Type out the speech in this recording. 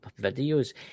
videos